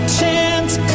chance